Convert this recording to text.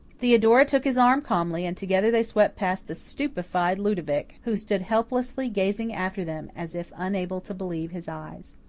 theodora took his arm calmly, and together they swept past the stupefied ludovic, who stood helplessly gazing after them as if unable to believe his eyes.